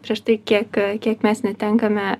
prieš tai kiek kiek mes netenkame